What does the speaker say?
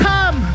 Come